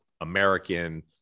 American